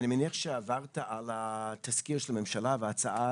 אני מניח שעברת על התזכיר של הממשלה ועל ההצעה